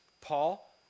Paul